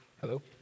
Hello